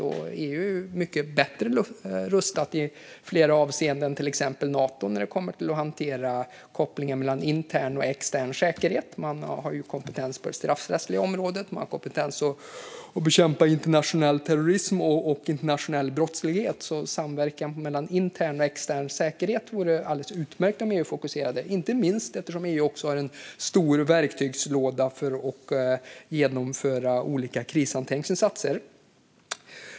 EU är ju mycket bättre rustat i flera avseenden än till exempel Nato när det kommer till att hantera kopplingen mellan intern och extern säkerhet. Man har kompetens på det straffrättsliga området och kompetens att bekämpa internationell terrorism och internationell brottslighet. En samverkan mellan intern och extern säkerhet vore det alltså alldeles utmärkt om EU fokuserade på, inte minst eftersom EU också har en stor verktygslåda för att genomföra olika krishanteringsinsatser.